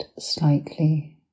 slightly